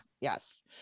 Yes